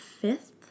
fifth